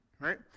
right